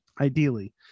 Ideally